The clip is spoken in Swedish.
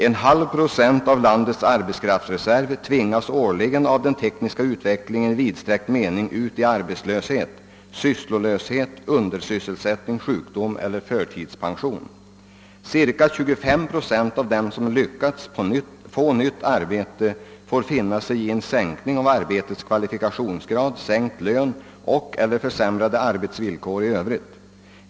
En halv procent av landets arbetskraft tvingas årligen av den tekniska utvecklingen i vidsträckt mening ut i arbetslöshet, sysslolöshet, undersysselsättning, sjukdom eller förtidspension. Cirka 25 procent av de som lyckats få nytt arbete får finna sig i en sänkning av arbetets kvalifikationsgrad, sänkt lön och/eller försämrade arbetsvillkor i övrigt.